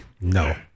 No